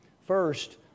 First